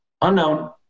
Unknown